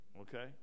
Okay